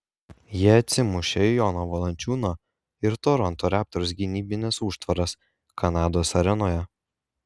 jie atsimušė į jono valančiūno ir toronto raptors gynybines užtvaras kanados arenoje